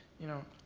you know,